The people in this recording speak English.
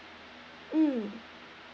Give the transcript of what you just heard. mm